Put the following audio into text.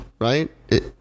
Right